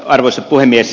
arvoisa puhemies